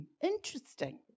interesting